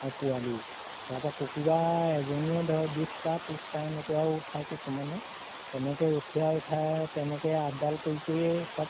আৰু পোৱালি তাৰপৰা কুকুৰা এজনীয়ে ধৰ বিছটা ত্ৰিছটা এনেকুৱাও উঠায় কিছুমানে তেনেকৈ উঠাই উঠাই তেনেকৈ আপডাল কৰি কৰিয়ে চব